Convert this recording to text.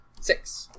Six